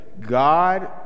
God